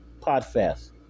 Podfest